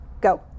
Go